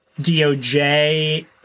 DOJ